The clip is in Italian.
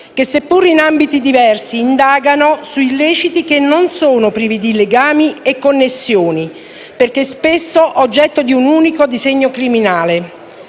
che, seppur in ambiti diversi, indagano su illeciti che non sono privi di legami e connessioni, perché spesso oggetto di un unico disegno criminale.